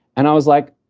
and i was like,